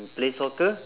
play soccer